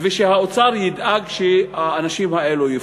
והאוצר ידאג שהאנשים האלה יפוצו.